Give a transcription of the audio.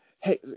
Hey